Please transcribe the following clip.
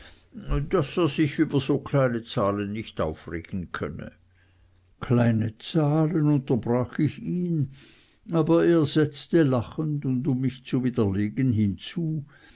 daß er sich über so kleine zahlen nicht aufregen könne kleine zahlen unterbrach ich ihn aber er setzte lachend und um mich zu widerlegen hinzu